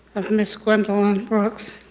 of mrs. gwendolyn brooks.